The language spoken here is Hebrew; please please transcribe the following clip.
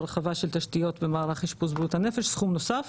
והרחבה של תשתיות במערך אשפוז בריאות הנפש סכום נוסף